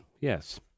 Yes